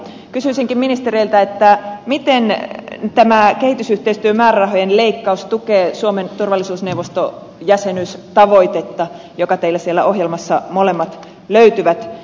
kysyisinkin ministereiltä miten tämä kehitysyhteistyön määrärahojen leikkaus tukee suomen turvallisuusneuvostojäsenyystavoitetta jotka teillä sieltä ohjelmasta molemmat löytyvät